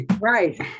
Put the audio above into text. Right